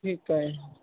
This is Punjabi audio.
ਠੀਕ ਹੈ